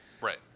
Right